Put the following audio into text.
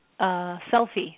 selfie